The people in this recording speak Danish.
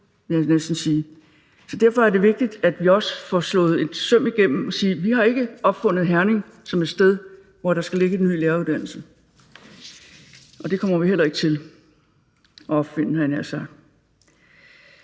Derfor er det vigtigt, at vi også får slået et søm igennem og sagt, at vi ikke har opfundet Herning som et sted, hvor der skal ligge en ny læreruddannelse, og det kommer vi heller ikke til at opfinde,